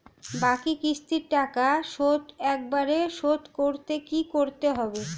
বাকি কিস্তির টাকা শোধ একবারে শোধ করতে কি করতে হবে?